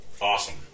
Awesome